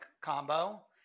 combo